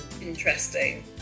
interesting